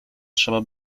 trzeba